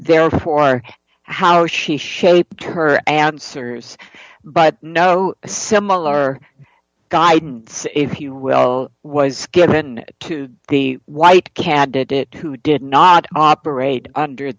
therefore how she shaped her answers but no similar guidance if you will was given to the white candidate who did not operate under